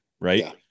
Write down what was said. right